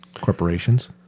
corporations